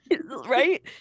right